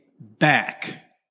back